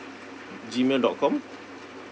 G mail dot com